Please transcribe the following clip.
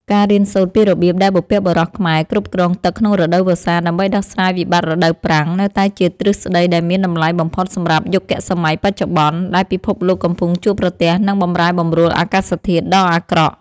ការរៀនសូត្រពីរបៀបដែលបុព្វបុរសខ្មែរគ្រប់គ្រងទឹកក្នុងរដូវវស្សាដើម្បីដោះស្រាយវិបត្តិរដូវប្រាំង នៅតែជាទ្រឹស្ដីដែលមានតម្លៃបំផុតសម្រាប់យុគសម័យបច្ចុប្បន្ន ដែលពិភពលោកកំពុងជួបប្រទះនឹងបម្រែបម្រួលអាកាសធាតុដ៏អាក្រក់។